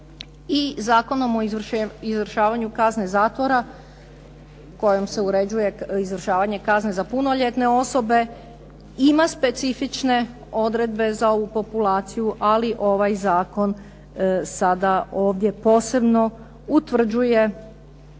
Zakonom o izvršavanju kazne zatvora kojom se uređuje izvršavanje kazne za punoljetne osobe ima specifične odredbe za ovu populaciju, ali ovaj zakon sada ovdje posebno utvrđuje